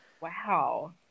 Wow